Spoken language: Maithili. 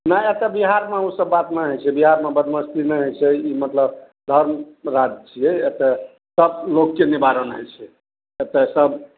नहि एतऽ बिहारमे उसब बात नहि होइ छै बिहारमे बदमस्ती नहि होइ छै ई मतलब धर्म राज्य छियै एतऽ सब लोकके निवारण होइ छै एतऽ सब